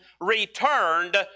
returned